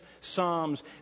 Psalms